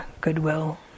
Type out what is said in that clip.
goodwill